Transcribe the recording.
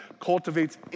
cultivates